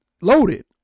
loaded